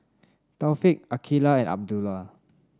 Taufik Aqilah and Abdullah